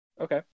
Okay